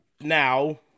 Now